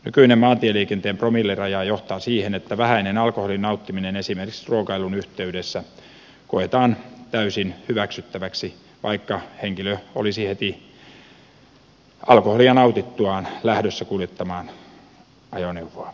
nykyinen maantieliikenteen promilleraja johtaa siihen että vähäinen alkoholin nauttiminen esimerkiksi ruokailun yhteydessä koetaan täysin hyväksyttäväksi vaikka henkilö olisi heti alkoholia nautittuaan lähdössä kuljettamaan ajoneuvoa